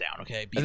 okay